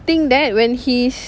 think that when he's